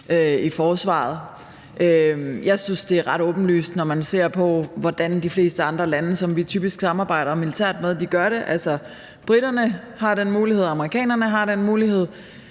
i forsvaret. Jeg synes, det er ret åbenlyst, når man ser på de fleste andre lande, som vi typisk samarbejder med militært. Briterne har den mulighed, amerikanerne har den mulighed,